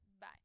Bye